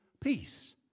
Peace